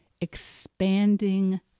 expanding